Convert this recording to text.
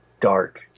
dark